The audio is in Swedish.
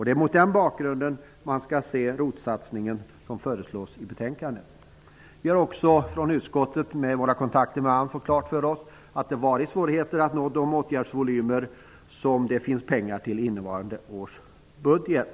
Det är mot den bakgrunden man skall se den ROT-satsning som föreslås i betänkandet. I våra kontakter med AMS har vi i utskottet fått klart för oss att det varit svårigheter att nå de åtgärdsvolymer som det finns pengar till i innevarande års budget.